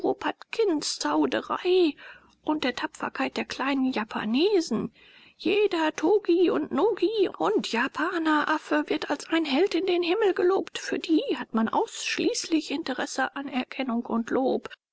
zauderei und der tapferkeit der kleinen japanesen jeder togi und nogi und japaneraffe wird als ein held in den himmel gelobt für die hat man ausschließlich interesse anerkennung und lob